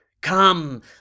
come